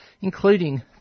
including